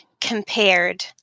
compared